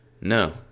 No